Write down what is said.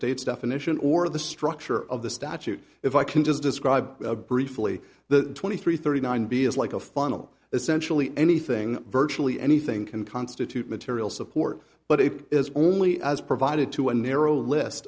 state's definition or the structure of the statute if i can just describe briefly the twenty three thirty nine b is like a funnel essentially anything virtually anything can constitute material support but it is only as provided to a narrow